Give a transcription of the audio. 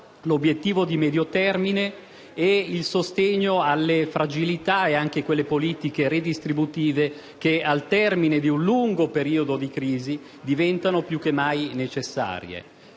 l'obiettivo di medio termine e il sostegno alle fragilità e anche quelle politiche redistributive che, al termine di un lungo periodo di crisi, diventano più che mai necessarie.